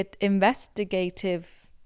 investigative